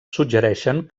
suggereixen